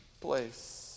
place